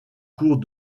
cours